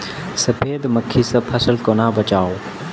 सफेद मक्खी सँ फसल केना बचाऊ?